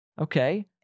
okay